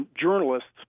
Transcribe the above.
journalists